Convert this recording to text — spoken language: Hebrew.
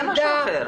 זה משהו אחר.